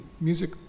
music